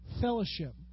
fellowship